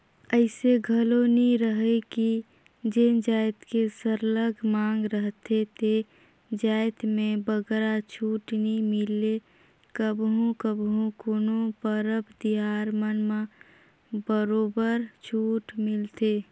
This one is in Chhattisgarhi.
अइसे घलो नी रहें कि जेन जाएत के सरलग मांग रहथे ते जाएत में बगरा छूट नी मिले कभू कभू कोनो परब तिहार मन म बरोबर छूट मिलथे